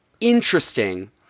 interesting